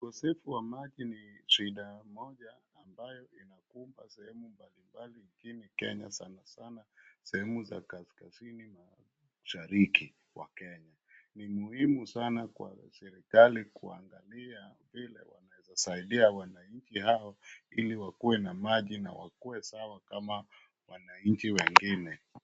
Ukosefu wa maji ni shida moja ambayo inakumba sehemu mbali mbali nchini kenya sana sana sehemu za kaskazini mashariki mwa kenya. Ni muhimu sana kwa serekali kuangalia vile wanaweza saidia wananchi hao ili wakuwe na maji na wakuwe sawa kama wananchi wengine.